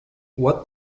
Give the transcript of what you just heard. what